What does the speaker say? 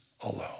alone